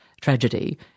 tragedy